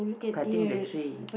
cutting the tree